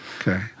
Okay